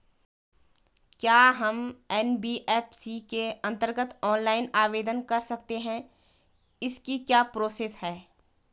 क्या हम एन.बी.एफ.सी के अन्तर्गत ऑनलाइन आवेदन कर सकते हैं इसकी क्या प्रोसेस है?